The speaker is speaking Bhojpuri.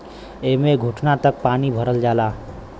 एम्मे घुटना तक पानी भरल जाला